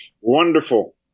Wonderful